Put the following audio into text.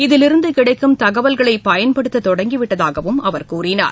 இதில் இருந்து கிடைக்கும் தகவல்களை பயன்படுத்தத் தொடங்கிவிட்டதாகவும் அவர் கூறினார்